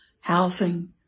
housing